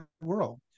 world